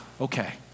okay